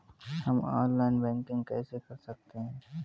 हम online banking कैसे कर सकते हैं?